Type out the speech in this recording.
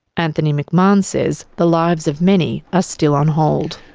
anthony mcmahon says the lives of many are still on hold.